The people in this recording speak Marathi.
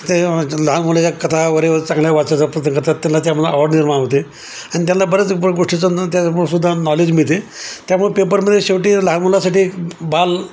ते लहान मुलाच्या कथा वगैरे चांगल्या वाचायचा प्रयत्न करतात त्यांला त्यामुळे आवड निर्माण होते आणि त्याला बऱ्याच गोष्टीचा त्यासुद्धा नॉलेज मिळते त्यामुळे पेपरमध्ये शेवटी लहान मुलासाठी बाल